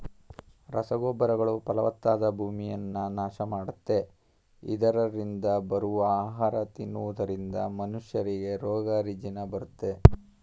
ರಸಗೊಬ್ಬರಗಳು ಫಲವತ್ತಾದ ಭೂಮಿಯನ್ನ ನಾಶ ಮಾಡುತ್ತೆ, ಇದರರಿಂದ ಬರುವ ಆಹಾರ ತಿನ್ನುವುದರಿಂದ ಮನುಷ್ಯರಿಗೆ ರೋಗ ರುಜಿನ ಬರುತ್ತೆ